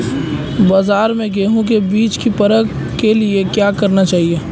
बाज़ार में गेहूँ के बीज की परख के लिए क्या करना चाहिए?